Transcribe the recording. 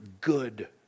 good